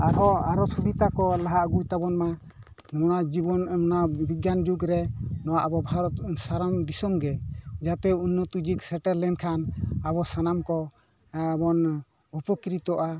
ᱟᱨᱦᱚᱸ ᱟᱨᱚ ᱥᱩᱵᱤᱛᱟ ᱠᱚ ᱞᱟᱦᱟ ᱟᱜᱩᱭ ᱛᱟᱵᱚᱱ ᱢᱟ ᱱᱚᱣᱟ ᱡᱤᱵᱚᱱ ᱚᱱᱟ ᱵᱤᱜᱽᱜᱟᱱ ᱡᱩᱜᱽ ᱨᱮ ᱱᱚᱣᱟ ᱟᱵᱚ ᱵᱷᱟᱨᱚᱛ ᱥᱟᱱᱟᱢ ᱫᱤᱥᱚᱢ ᱜᱮ ᱡᱟᱛᱮ ᱩᱱᱱᱚᱛᱚ ᱡᱩᱜᱽ ᱥᱮᱴᱮᱨ ᱞᱮᱱᱠᱷᱟᱱ ᱟᱵᱚ ᱥᱟᱱᱟᱢ ᱠᱚ ᱵᱚᱱ ᱩᱯᱚᱠᱨᱤᱛᱚᱜᱼᱟ